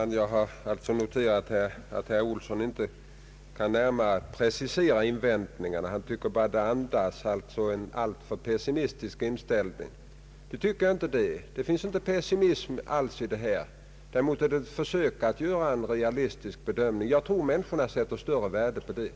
Herr talman! Jag noterar att herr Olsson inte kan närmare precisera sina invändningar. Han tycker bara att mitt svar andas en alltför pessimistisk inställning. Jag anser inte det. Det finns ingenting av pessimism bakom mina uttalanden. Jag har försökt att göra en realistisk bedömning. Jag tror att människorna sätter större värde på det.